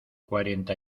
cuarenta